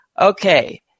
Okay